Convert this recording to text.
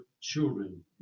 children